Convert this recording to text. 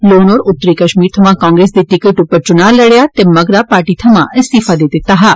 loan होरें उत्तरी कश्मीर थवां कांग्रेस दी टिकट उप्पर चुना लड़ेआ ते मगरा पार्टी थवां इस्तीफा देई दित्ता हा